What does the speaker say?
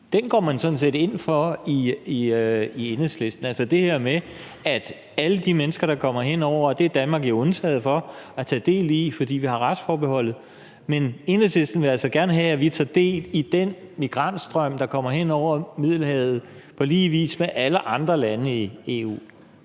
man sådan set ind for i Enhedslisten, altså det her med alle de mennesker, der kommer ind. Det er Danmark jo undtaget for, fordi vi har retsforbeholdet, men Enhedslisten vil altså gerne have, at vi tager del i den migrantstrøm, der kommer ind over Middelhavet, på lige vis med alle andre lande i EU.